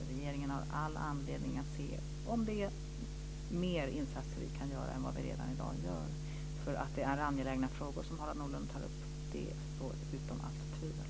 Regeringen har all anledning att se om det finns fler insatser vi kan göra än vad vi redan gör. Det är angelägna frågor som Harald Nordlund tar upp, det står utom allt tvivel.